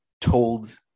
told